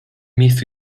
miejscu